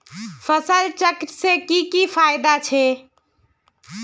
फसल चक्र से की की फायदा छे?